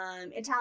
italian